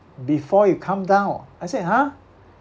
before you come down I said !huh!